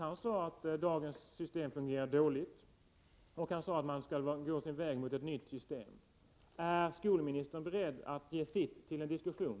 Han sade att dagens betygssystem fungerar dåligt och att man skall slå in på en väg mot ett nytt system. Är skolministern beredd att ge sitt bidrag till en diskussion?